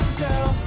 girl